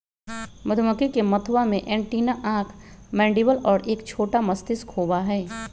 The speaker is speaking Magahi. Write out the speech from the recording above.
मधुमक्खी के मथवा में एंटीना आंख मैंडीबल और एक छोटा मस्तिष्क होबा हई